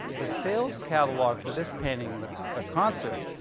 the sales catalog for this painting, the the concert,